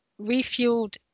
refueled